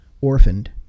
orphaned